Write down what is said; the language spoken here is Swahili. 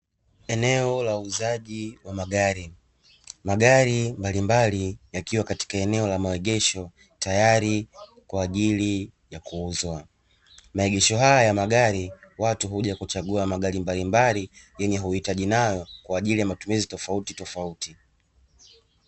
Eneo la uuzaji wa magari, magari mbalimbali yakiwa katika eneo la maegesho tayari kwa ajili ya kuuzwa. Maegesho haya ya magari watu hujakuchagua magari mbalimbali akiwa na uhitaji nayo kwa matumizi tofautitofauti.